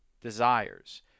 desires